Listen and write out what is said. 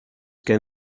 gen